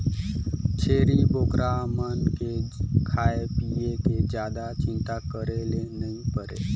छेरी बोकरा मन के खाए पिए के जादा चिंता करे ले नइ परे